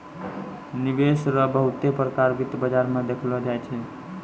निवेश रो बहुते प्रकार वित्त बाजार मे देखलो जाय छै